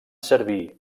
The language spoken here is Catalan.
servir